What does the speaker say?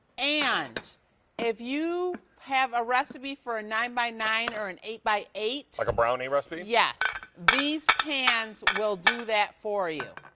and if you have a recipe for a nine by nine or an eight by eat like a brownie recipe? yes. these pants will do that for you,